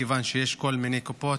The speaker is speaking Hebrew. מכיוון שיש כל מיני קופות,